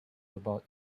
about